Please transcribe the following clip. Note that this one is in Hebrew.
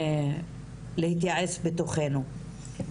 להתייעץ בתוכנו.